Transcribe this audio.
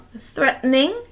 threatening